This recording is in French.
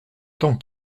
temps